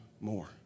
more